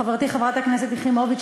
חברתי חברת הכנסת יחימוביץ,